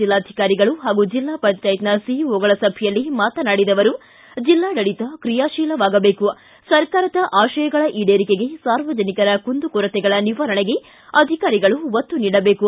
ಜಿಲ್ಲಾಧಿಕಾರಿಗಳು ಹಾಗೂ ಜಿಲ್ಲಾ ಪಂಚಾಯತ್ನ ಸಿಇಒಗಳ ಸಭೆಯಲ್ಲಿ ಮಾತನಾಡಿದ ಅವರು ಜಿಲ್ಲಾಡಳಿತ ಕ್ರೀಯಾತೀಲವಾಗಬೇಕು ಸರ್ಕಾರದ ಆತಯಗಳ ಈಡೇರಿಕೆಗೆ ಸಾರ್ವಜನಿಕರ ಕುಂದುಕೊರತೆಗಳ ನಿವಾರಣೆಗೆ ಅಧಿಕಾರಿಗಳು ಒತ್ತು ನೀಡಬೇಕು